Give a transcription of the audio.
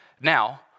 now